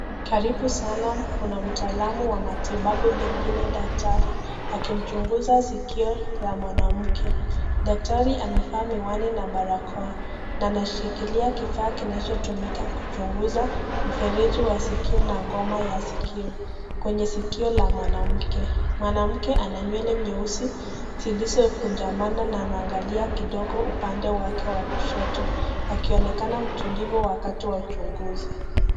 Karibu sana, kuna mtaalam wa matibabu pengine daktari akimchunguza sikio la mwanamke. Daktari amevaa miwani na barakoa na anashikilia kifaa kinachotumika kuchunguza mfereji wa sikio na ngoma ya sikio. Kwenye siko la mwanamke, mwanamke ana nywele nyeusi zilizokunjamana na anaangalia kidogo upande wake wa kushoto akionekana mtulivu wakati wa uchunguzi.